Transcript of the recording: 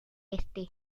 este